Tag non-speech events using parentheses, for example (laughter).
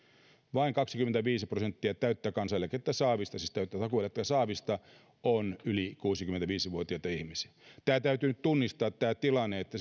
vain kaksikymmentäviisi prosenttia täyttä kansaneläkettä saavista siis täyttä takuueläkettä saavista on yli kuusikymmentäviisi vuotiaita ihmisiä täytyy nyt tunnistaa tämä tilanne että (unintelligible)